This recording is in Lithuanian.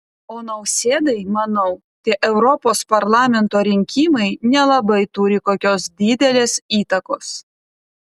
o nausėdai manau tie europos parlamento rinkimai nelabai turi kokios didelės įtakos